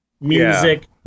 music